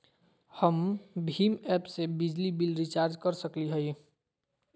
हम भीम ऐप से बिजली बिल रिचार्ज कर सकली हई?